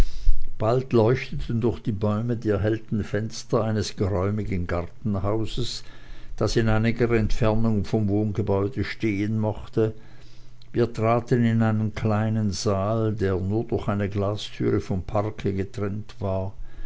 bald leuchteten durch die bäume die erhellten fenster eines geräumigen gartenhauses das in einiger entfernung vom wohngebäude stehen mochte wir traten in einen kleinen saal der nur durch eine glastüre vom parke getrennt war